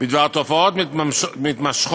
בדבר תופעות מתמשכות